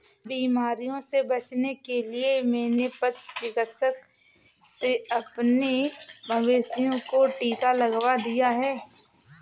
बीमारियों से बचने के लिए मैंने पशु चिकित्सक से अपने मवेशियों को टिका लगवा दिया है